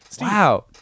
Wow